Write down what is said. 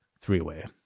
three-way